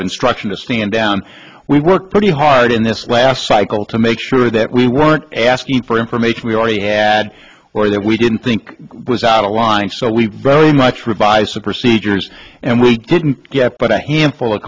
of instruction to stand down we worked pretty hard in this last cycle to make sure that we weren't asking for information we already had or that we didn't think was out of line so we very much revised a procedure and we didn't get but a handful of